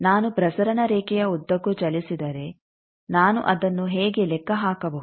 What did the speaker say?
ನಾನು ಪ್ರಸರಣ ರೇಖೆಯ ಉದ್ದಕ್ಕೂ ಚಲಿಸಿದರೆ ನಾನು ಅದನ್ನು ಹೇಗೆ ಲೆಕ್ಕ ಹಾಕಬಹುದು